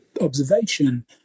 observation